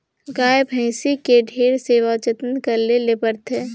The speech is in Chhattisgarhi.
गाय, भइसी के ढेरे सेवा जतन करे ले परथे